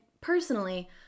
personally